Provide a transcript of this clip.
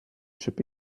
should